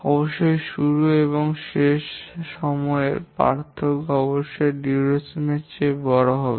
অবশ্যই শুরু এবং শেষ সময়ের পার্থক্য অবশ্যই সময়কাল এর চেয়ে বড় হতে হবে